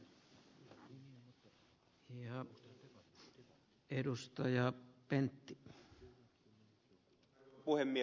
arvoisa puhemies